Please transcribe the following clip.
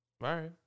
right